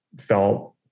felt